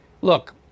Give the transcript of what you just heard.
Look